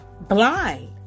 blind